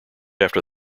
after